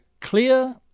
clear